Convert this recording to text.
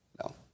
No